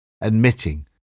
admitting